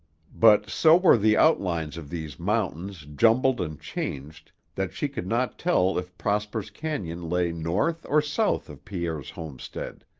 but so were the outlines of these mountains jumbled and changed that she could not tell if prosper's canon lay north or south of pierre's homestead.